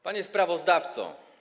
Panie Sprawozdawco!